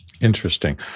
Interesting